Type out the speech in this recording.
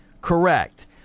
Correct